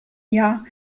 jahr